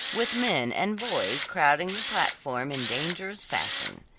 with men and boys crowding the platform in dangerous fashion.